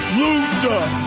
loser